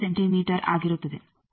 5 centimetre ಆಗಿರುತ್ತದೆ